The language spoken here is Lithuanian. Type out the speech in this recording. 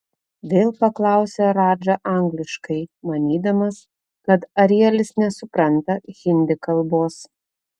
vėl paklausė radža angliškai manydamas kad arielis nesupranta hindi kalbos